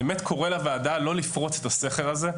אני באמת קורא לוועדה לא לפרוץ את הסכר הזה,